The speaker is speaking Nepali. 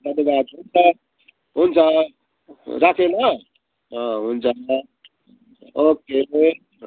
तपाईँलाई हुन्छ राखेँ ल अँ हुन्छ ओके